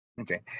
okay